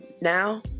now